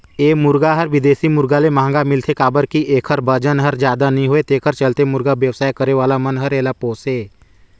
ए मुरगा हर बिदेशी मुरगा ले महंगा मिलथे काबर कि एखर बजन हर जादा नई होये तेखर चलते मुरगा बेवसाय करे वाला मन हर एला पोसे